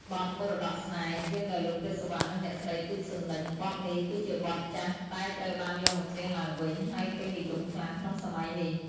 បទ "មរតកស្នេហ៍" ច្រៀងដោយលោក ព្រាប សុវត្ថិ និងអ្នកស្រី ទូច ស៊ុននិច បទនេះគឺជាបទចាស់តែត្រូវបានយកមកច្រៀងឡើងវិញ ហើយពេញនិយមខ្លាំងក្នុងសម័យនេះ។